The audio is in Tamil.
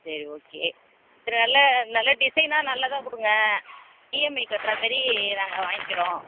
சரி ஓகே சரி நல்ல நல்ல டிசைனாக நல்லதாக கொடுங்க இஎம்ஐ கட்டுறா மாதிரி நாங்கள் வாங்கிக்கிறோம்